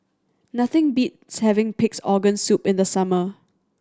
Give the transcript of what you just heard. nothing beats having Pig's Organ Soup in the summer